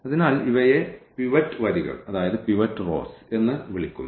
അതിനാൽ ഇവയെ പിവറ്റ് വരികൾ എന്ന് വിളിക്കുന്നു